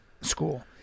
school